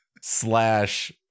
slash